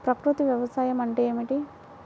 ప్రకృతి వ్యవసాయం అంటే ఏమిటి?